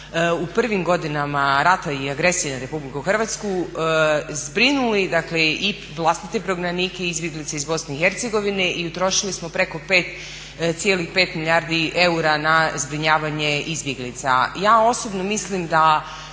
u prvim godinama rata i agresije na RH zbrinuli dakle i vlastite prognanike i izbjeglice iz Bosne i Hercegovine i utrošili smo preko 5,5 milijardi eura na zbrinjavanje izbjeglica. Ja osobno mislim da